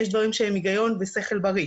יש דברים שהם היגיון ושכל בריא.